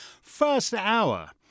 First-hour